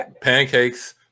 pancakes